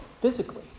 physically